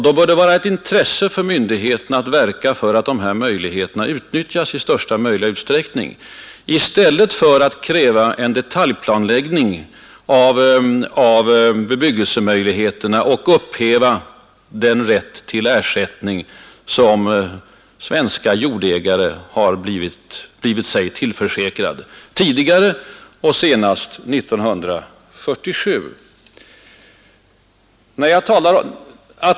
Det borde vara ett intresse för myndigheterna att verka för att dessa resurser utnyttjas i största möjliga utsträckning i stället för att kräva en detaljplanläggning av bebyggelsemöjligheterna och upphäva den rätt till ersättning som svenska jordägare har blivit sig tillförsäkrade tidigare och senast 1947.